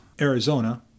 Arizona